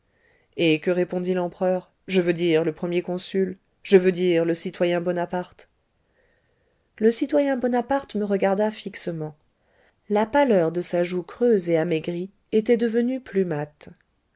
et que répondit l'empereur je veux dire le premier consul je veux dire le citoyen bonaparte le citoyen bonaparte me regarda fixement la pâleur de sa joue creuse et amaigrie était devenue plus mate